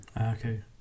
okay